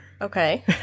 Okay